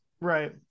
right